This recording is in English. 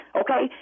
okay